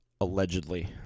Allegedly